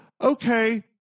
okay